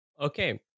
Okay